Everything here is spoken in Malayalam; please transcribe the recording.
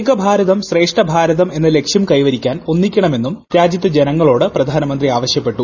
ഏക ഭാരതം ശ്രേഷ്ഠ ഭാരതം എന്ന ലക്ഷ്യം കൈവരിക്കാൻ ഒന്നിക്കണമെന്നും രാജ്യത്തെ ജനങ്ങളോട് പ്രധാനമന്ത്രി ആവശ്യപ്പെട്ടു